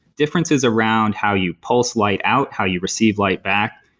differences around how you pulse light out, how you receive light back,